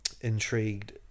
intrigued